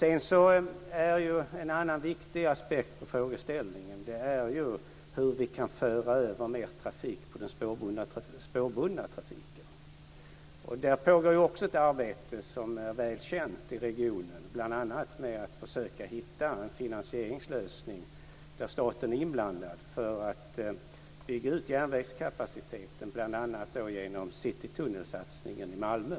En annan viktig aspekt på frågeställningen är hur vi kan föra över mer trafik på den spårbundna trafiken. Där pågår också ett arbete som är väl känt i regionen, bl.a. med att försöka hitta en finansieringslösning där staten är inblandad för att bygga ut järnvägskapaciteten bl.a. genom Citytunnelssatsningen i Malmö.